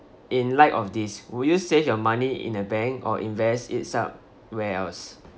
in light of this will you save your money in a bank or invest it somewhere else